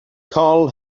call